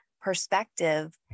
perspective